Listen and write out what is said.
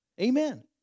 Amen